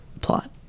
plot